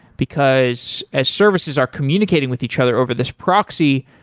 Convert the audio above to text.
because as services are communicating with each other over this proxy,